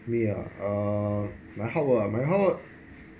me ah uh my hard work ah my hard work